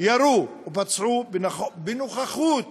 ירו ופצעו בנוכחות חיילים,